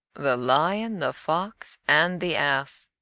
the lion, the fox, and the ass